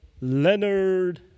Leonard